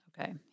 Okay